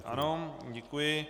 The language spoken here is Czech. Ano, děkuji.